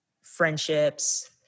friendships